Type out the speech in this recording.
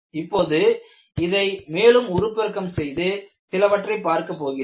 இப்போது இதை மேலும் உருப்பெருக்கம் செய்து சிலவற்றைப் பார்க்க போகிறேன்